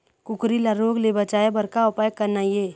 कुकरी ला रोग ले बचाए बर का उपाय करना ये?